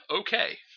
okay